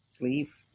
leave